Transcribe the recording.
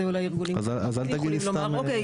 זה אולי ארגונים אחרים יכולים לומר.